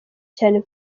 cyane